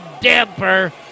damper